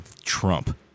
Trump